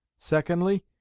secondly,